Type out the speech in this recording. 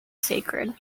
sacred